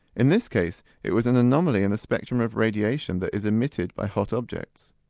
in this case it was an anomaly in the spectrum of radiation that is emitted by hot objects.